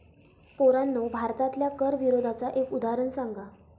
पोरांनो भारतातल्या कर विरोधाचा एक उदाहरण सांगा